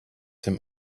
him